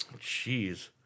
Jeez